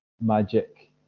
magic